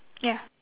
ya